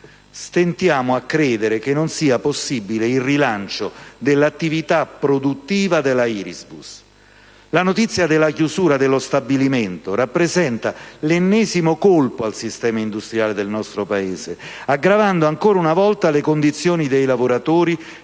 Stentiamo a credere che non sia possibile il rilancio dell'attività produttiva della Irisbus. La notizia della chiusura dello stabilimento Irisbus rappresenta l'ennesimo colpo al sistema industriale del nostro Paese, aggravando ancora una volta le condizioni dei lavoratori,